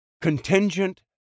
Contingent